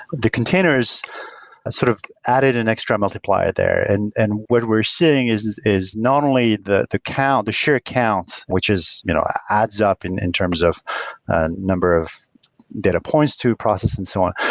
the containers sort of added an extra multiplier there, and and what we're seeing is is not only the the count, the share counts, which you know adds up in in terms of number of data points to process and so on.